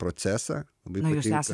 procesą labai patinka